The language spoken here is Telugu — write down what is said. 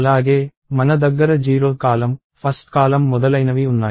అలాగే మన దగ్గర 0th కాలమ్ 1th కాలమ్ మొదలైనవి ఉన్నాయి